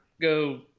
go